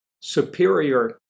superior